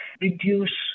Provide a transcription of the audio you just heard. reduce